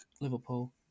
Liverpool